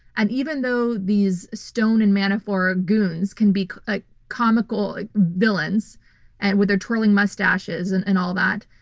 and even though these stone and manafort goons can be ah comical villains and with their twirling mustaches and and all that,